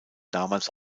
damals